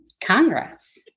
Congress